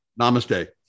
Namaste